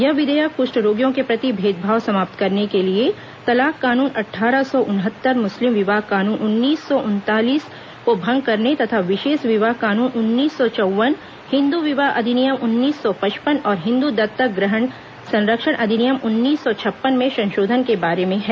यह विधेयक कुष्ठ रोगियों के प्रति भेदभाव समाप्त करने के लिए तलाक कानून अट्ठारह सौ उनहत्तर मुस्लिम विवाह कानून उन्नीस सौ उनतालीस को भंग करने तथा विशेष विवाह कानून उन्नीस सौ चौव्वन हिंदू विवाह अधिनियम उन्नीस सौ पचपन और हिंदू दत्तक ग्रहण तथा संरक्षण अधिनियम उन्नीस सौ छप्पन में संशोधन के बारे में है